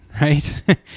right